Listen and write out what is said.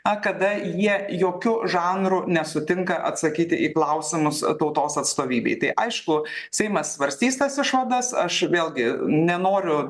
na kada jie jokiu žanru nesutinka atsakyti į klausimus a tautos atstovybei tai aišku seimas svarstys tas išvadas aš vėlgi nenoriu